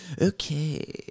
Okay